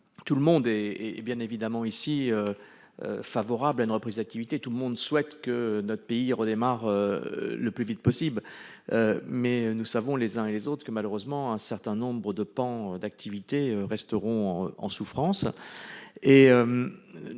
Tout le monde ici est évidemment favorable à une reprise de l'activité : tout le monde souhaite que notre pays redémarre le plus vite possible. Mais nous savons, les uns et les autres, qu'un certain nombre de pans de l'activité resteront malheureusement